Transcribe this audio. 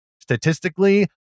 statistically